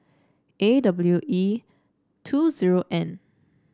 A W E two zero N